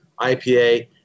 IPA